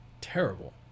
terrible